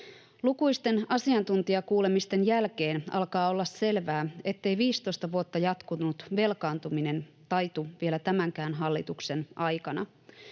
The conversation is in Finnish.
Lukuisten asiantuntijakuulemisten jälkeen alkaa olla selvää, ettei 15 vuotta jatkunut velkaantuminen taitu vielä tämänkään hallituksen aikana.